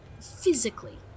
physically